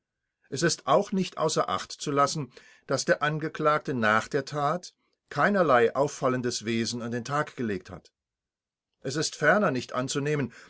es ist auch nicht außer acht zu lassen daß der angeklagte nach der tat keinerlei auffallendes wesen an den tag gelegt hat es ist ferner nicht anzunehmen